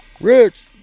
rich